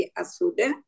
asuda